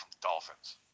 dolphins